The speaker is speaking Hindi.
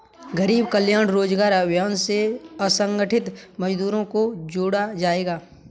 गरीब कल्याण रोजगार अभियान से असंगठित मजदूरों को जोड़ा जायेगा